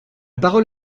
parole